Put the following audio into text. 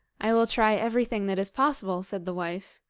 i will try everything that is possible said the wife,